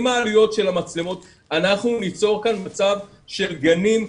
אם העלויות של המצלמות אנחנו ניצור כאן מצב של גנים לעשירים.